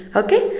okay